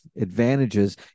advantages